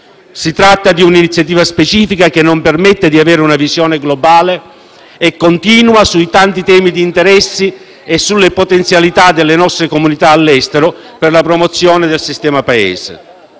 Si tratta di un'iniziativa specifica che non permette di avere una visione globale e continua sui tanti temi d'interesse e sulle potenzialità delle nostre comunità all'estero per la promozione del sistema Paese.